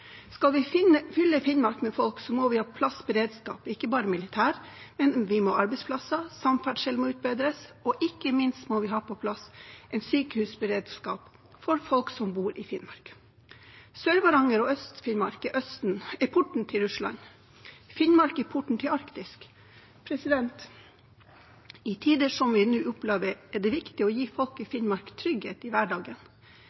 Skal vi fylle Finnmark med folk, må vi ha på plass beredskap, ikke bare militær, men vi må ha arbeidsplasser, samferdsel må utbedres, og ikke minst må vi ha på plass en sykehusberedskap for folk som bor i Finnmark. Sør-Varanger og Øst-Finnmark er porten til Russland. Finnmark er porten til Arktis. I tider som det vi nå opplever, er det viktig å gi folk i